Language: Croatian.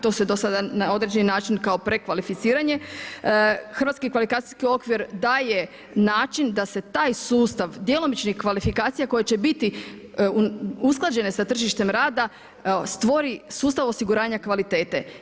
To se do sada na određeni način kao prekvalificiranje, hrvatski kvalifikacijski okvir daje način da se taj sustav djelomičnih kvalifikacija koje će biti usklađene sa tržištem rada stvori sustav osiguranja kvalitete.